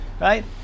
right